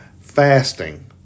fasting